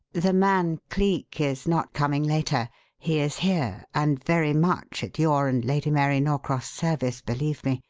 the man cleek is not coming later he is here, and very much at your and lady mary norcross' service, believe me.